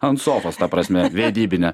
ant sofos ta prasme vedybinę